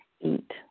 eat